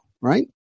right